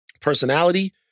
personality